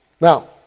Now